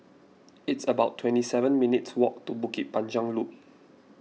it's about twenty seven minutes' walk to Bukit Panjang Loop